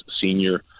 senior